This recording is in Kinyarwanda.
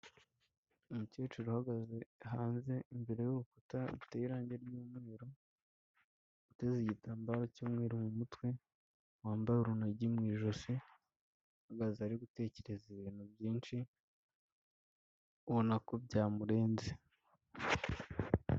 Umukecuru ahagaze hanze imbere y'urukuta ruteye irangi ry'umweru uteze igitambaro cy'umweru mu mutwe wambaye urunigi mu ijosi ahagaze ari gutekereza ibintu byinshi ubona ko byamurenze.